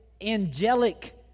angelic